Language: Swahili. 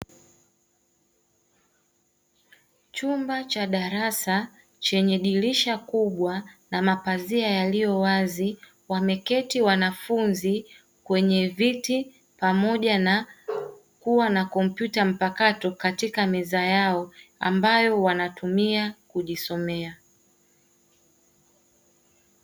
Chumba cha darasa chenye dirisha kubwa, na mapazi yaliyo wazi, Wameketi wanafunzi kwenye viti, pamoja na kuwa na kompyuta katika meza yao ambayo wanatumia kujisomea.